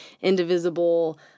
Indivisible